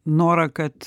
norą kad